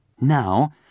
Now